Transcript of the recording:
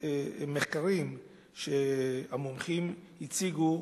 מחקרים שהמומחים הציגו,